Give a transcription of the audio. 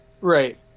Right